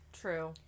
True